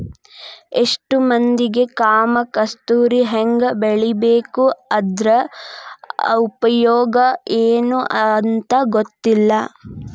ಎಷ್ಟೋ ಮಂದಿಗೆ ಕಾಮ ಕಸ್ತೂರಿ ಹೆಂಗ ಬೆಳಿಬೇಕು ಅದ್ರ ಉಪಯೋಗ ಎನೂ ಅಂತಾ ಗೊತ್ತಿಲ್ಲ